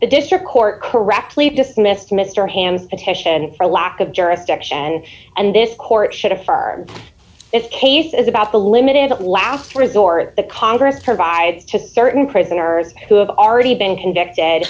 the district court correctly dismissed mr hand and hessian for lack of jurisdiction and this court should affirm this case as about the limited last resort the congress provides to certain prisoners who have already been convicted